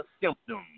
symptoms